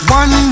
one